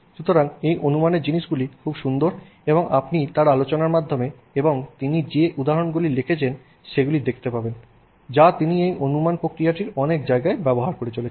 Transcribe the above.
সুতরাং এই অনুমানের জিনিসটি খুব সুন্দর এবং আপনি তাঁর আলোচনার মাধ্যমে এবং তিনি যে উদাহরণগুলি দেখেছেন সেগুলি দেখতে পাবেন যা তিনি এই অনুমান প্রক্রিয়াটি অনেক জায়গায় ব্যবহার করে চলেছেন